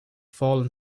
fallen